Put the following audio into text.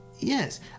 Yes